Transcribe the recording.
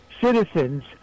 citizens